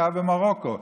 כאב במרוקו.